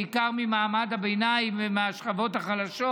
בעיקר ממעמד הביניים ומהשכבות החלשות,